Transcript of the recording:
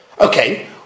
Okay